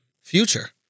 Future